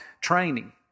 training